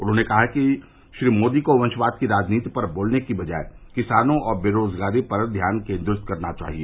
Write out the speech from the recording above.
उन्होंने कहा कि श्री मोदी को वंशवाद की राजनीति पर बोलने की बजाय किसानों और बेरोज़गारी पर ध्यान केन्द्रित करना चाहिए